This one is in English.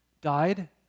died